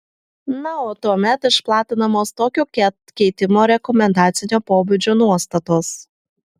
na o tuomet išplatinamos tokio ket keitimo rekomendacinio pobūdžio nuostatos